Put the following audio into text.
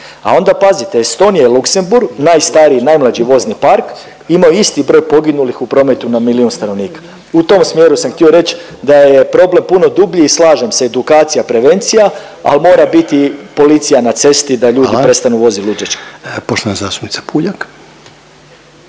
A onda pazite, Estonija i Luksemburg najstariji i najmlađi vozni park imaju isti broj poginulih u prometu na milijun stanovnika. U tom smjeru sam htio reć da je problem puno dublji. I slažem se edukacija, prevencija al mora biti policija na cesti da ljudi …/Upadica Reiner: Hvala./… prestanu